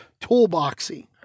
toolboxy